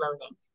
loading